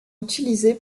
utilisée